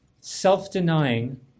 self-denying